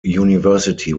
university